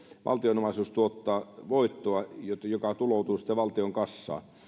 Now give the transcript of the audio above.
valtion omaisuus tuottaa voittoa joka tuloutuu sitten valtion kassaan